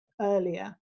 earlier